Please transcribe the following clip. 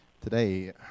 Today